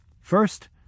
First